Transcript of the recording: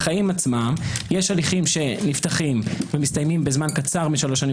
בחיים עצמם יש הליכים שנפתחים ומסתיימים בזמן קצר משלוש שנים